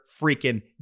freaking